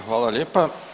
Hvala lijepa.